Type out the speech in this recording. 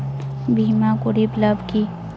বিমা করির লাভ কি?